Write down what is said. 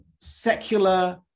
secular